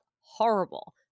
horrible